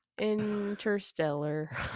Interstellar